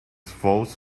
folds